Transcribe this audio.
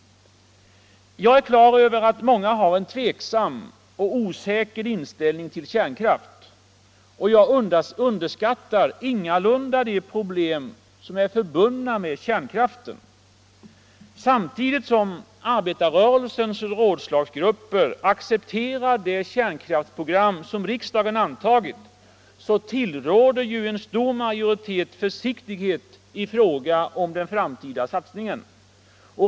Jag är klar över att många har en tveksam och osäker inställning till kärnkraft. Jag underskattar ingalunda de problem som är förbundna med kärnkraften. Samtidigt som arbetarrörelsens rådslagsgrupper accepterar det kärnkraftsprogram som riksdagen har antagit tillråder en stor majoritet försiktighet i fråga om den framtida satsningen.